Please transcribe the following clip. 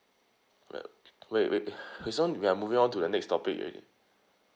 wait wait this [one] we are moving on to the next topic already